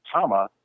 Tama